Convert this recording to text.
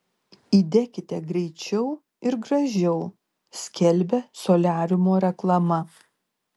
įdekite greičiau ir gražiau skelbia soliariumo reklama